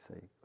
say